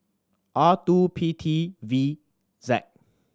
R two P T V Z